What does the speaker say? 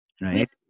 Right